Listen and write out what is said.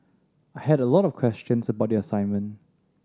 I had a lot of questions about the assignment